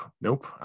nope